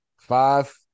five